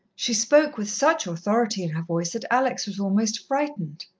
she spoke with such authority in her voice that alex was almost frightened.